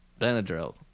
benadryl